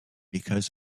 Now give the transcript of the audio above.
because